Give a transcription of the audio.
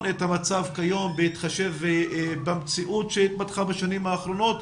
את המצב כיום בהתחשב במציאות שהתפתחה בשנים האחרונות,